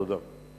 תודה.